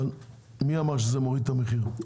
אבל מי אמר שזה מוריד את המחיר?